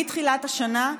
מתחילת השנה,